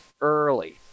Early